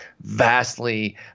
vastly